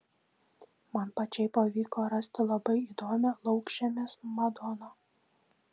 man pačiai pavyko rasti labai įdomią laukžemės madoną